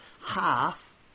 half